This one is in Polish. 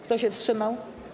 Kto się wstrzymał?